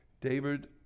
David